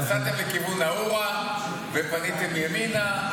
נסעתם לכיוון נאעורה ופניתם ימינה,